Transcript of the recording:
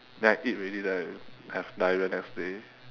then I eat already then I have diarrhoea next day